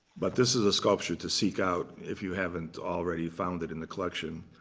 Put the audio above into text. but this is a sculpture to seek out, if you haven't already found it in the collection.